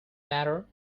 matter